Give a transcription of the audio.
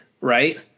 right